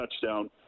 touchdown